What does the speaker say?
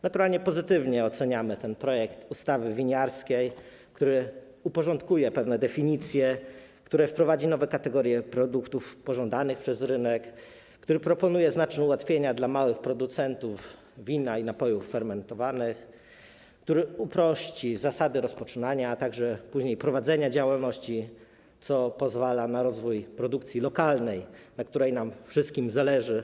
Naturalnie pozytywnie oceniamy ten projekt ustawy winiarskiej, który porządkuje pewne definicje, wprowadza nowe kategorie produktów pożądanych przez rynek, proponuje znaczne ułatwienia dla małych producentów wina i napojów fermentowanych, upraszcza zasadę rozpoczynania, a także później prowadzenia działalności, co pozwoli na rozwój produkcji lokalnej, na której nam wszystkim zależy.